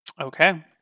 Okay